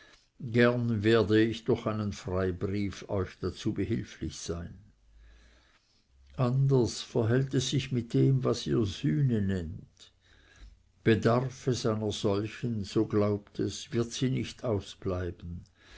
werd ich durch einen freibrief euch dazu behilflich sein anders verhält es sich mit dem was ihr sühne nennt bedarf es einer solchen so glaubt es wird sie nicht ausbleiben